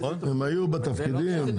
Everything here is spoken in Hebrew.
הם היו בתפקידים?